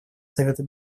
совету